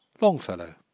Longfellow